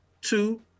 Two